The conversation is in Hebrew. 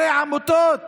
הרי עמותות עדאלה,